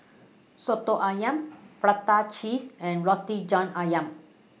Soto Ayam Prata Cheese and Roti John Ayam